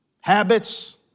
habits